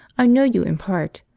i know you in part.